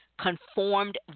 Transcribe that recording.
conformed